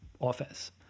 office